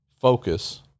focus